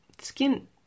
skin